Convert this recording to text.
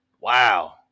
Wow